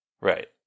Right